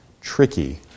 tricky